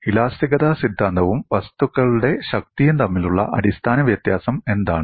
ഇലാസ്തികത സിദ്ധാന്തവും വസ്തുക്കളുടെ ശക്തിയും തമ്മിലുള്ള അടിസ്ഥാന വ്യത്യാസം എന്താണ്